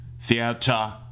theater